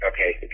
Okay